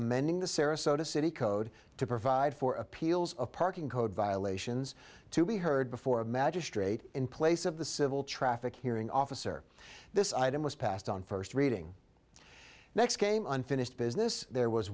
amending the sarasota city code to provide for appeals of parking code violations to be heard before a magistrate in place of the civil traffic hearing officer this item was passed on first reading next came unfinished business there was